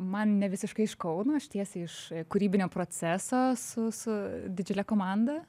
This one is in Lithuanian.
man nevisiškai iš kauno aš tiesiai iš kūrybinio proceso su su didžiule komanda